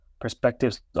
perspectives